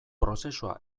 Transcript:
prozesua